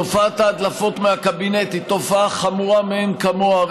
תופעת ההדלפות מהקבינט היא תופעה חמורה מאין כמוה,